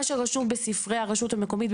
מה שרשום בספרי הרשות המקומית,